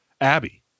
Abby